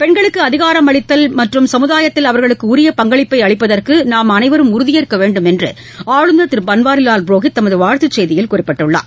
பெண்களுக்குஅதிகாரம் அளித்தல் மற்றும் சமுதாயத்தில் அவர்களுக்குஉரிய பங்களிப்பைஅளிப்பதற்கு நாம் அனைவரும் உறுதியேற்கவேண்டுமென்றுஆளுநா் திருபன்வாரிவால் புரோஹித் தமதுவாழ்த்துச் செய்தியில் குறிப்பிட்டுள்ளார்